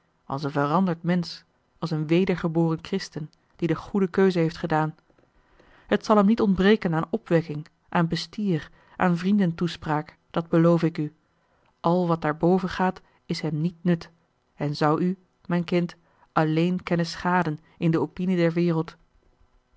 als een veranderd mensch als een wedergeboren christen die de goede keuze heeft gedaan het zal hem niet ontbreken aan opwekking aan bestier aan vrienden toespraak dat beloove ik u al wat daarboven gaat is hem niet nut en zou u mijn kind alleen konnen schaden in de opinie der wereld